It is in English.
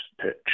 pitch